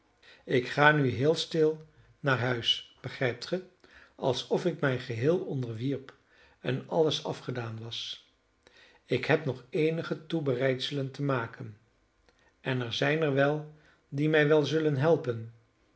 ik ga nu heel stil naar huis begrijpt ge alsof ik mij geheel onderwierp en alles afgedaan was ik heb nog eenige toebereidselen te maken en er zijn er wel die mij wel zullen helpen